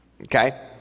okay